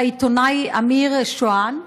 של העיתונאי אמיר שואן,